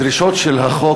הדרישות של החוק,